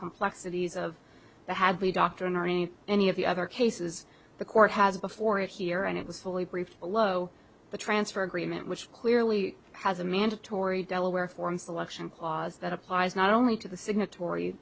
complexities of the hadley doctrine or any any of the other cases the court has before it here and it was fully briefed below the transfer agreement which clearly has a mandatory delaware form selection clause that applies not only to the signatory